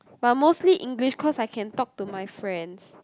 but mostly English cause I can talk to my friends